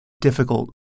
difficult